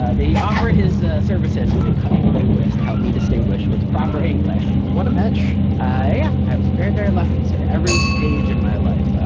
ah they offered his services as a cunning linguist to help me distinguish what's proper english. what a mensch. i was very, very lucky. say every stage in my life.